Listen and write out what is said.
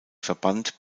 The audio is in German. verband